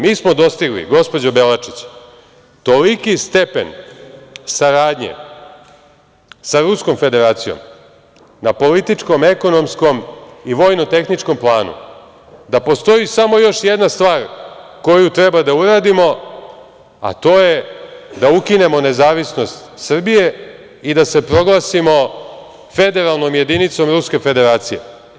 Mi smo dostigli, gospođo Belačić, toliki stepen saradnje sa Ruskom Federacijom na političkom, ekonomskom i vojno-tehničkom planu, da postoji samo još jedna stvar koju treba da uradimo, a to je da ukinemo nezavisnost Srbije i da se proglasimo federalnom jedinicom Ruske Federacije.